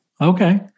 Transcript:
okay